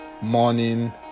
morning